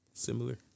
Similar